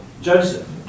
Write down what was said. Joseph